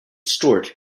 stewart